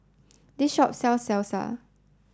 the shop sells Salsa